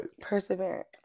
Perseverance